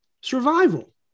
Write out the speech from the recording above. Survival